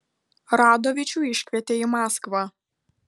radovičių iškvietė į maskvą